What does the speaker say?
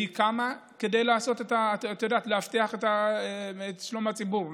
היא קמה כדי להבטיח את שלום הציבור,